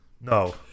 no